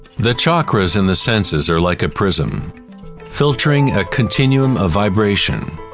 the chakras and the senses are like a prism filtering a continuum of vibration.